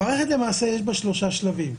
במערכת יש 3 שלבים: